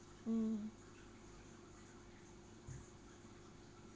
mm